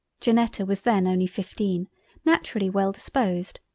janetta was then only fifteen naturally well disposed,